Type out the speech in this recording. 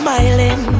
Smiling